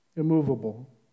immovable